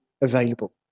available